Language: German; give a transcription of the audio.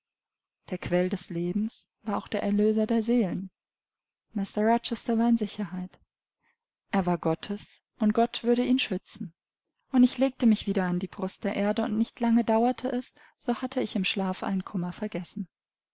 der quell des lebens war auch der erlöser der seelen mr rochester war in sicherheit er war gottes und gott würde ihn schützen und ich legte mich wieder an die brust der erde und nicht lange dauerte es so hatte ich im schlaf allen kummer vergessen